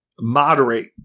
moderate